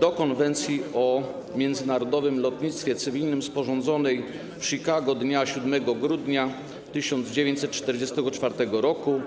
do Konwencji o międzynarodowym lotnictwie cywilnym, sporządzonej w Chicago dnia 7 grudnia 1944 r.